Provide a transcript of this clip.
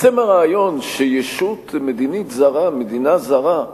עצם הרעיון שישות מדינית זרה, מדינה זרה,